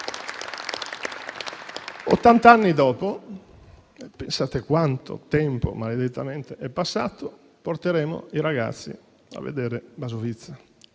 Ottanta anni dopo - pensate a quanto tempo maledettamente è passato - porteremo i ragazzi a vedere Basovizza.